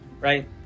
Right